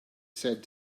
said